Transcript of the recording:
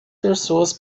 pessoas